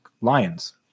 lions